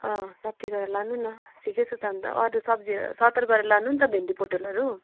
अँ साठी गरेर लानु न ठिकै छ त अनि त अरू सब्जीहरू सत्तरी गरेर लानु नि त त भेन्डी पोटलहरू